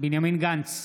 בנימין גנץ,